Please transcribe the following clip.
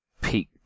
peak